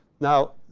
now,